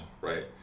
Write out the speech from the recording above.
right